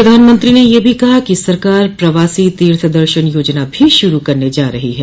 प्रधानमंत्री ने यह भी कहा कि सरकार प्रवासी तीर्थ दर्शन योजना भी शुरू करने जा रही है